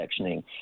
sectioning